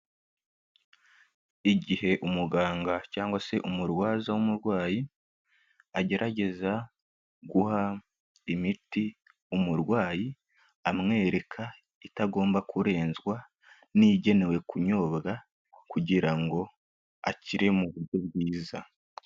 Igihe umuganga cyangwa se umurwaza w'umurwayi agerageza guha imiti umurwayi amwereka itagomba kurenzwa n'igenewe kunyobwa kugira ngo akire mu buryo bwiza.